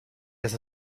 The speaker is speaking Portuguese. esta